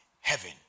Heaven